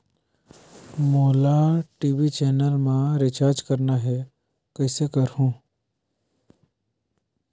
मोला TV channel मा recharge करना हे, कइसे करहुँ?